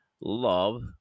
love